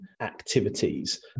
activities